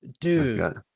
Dude